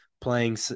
playing